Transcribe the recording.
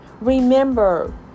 remember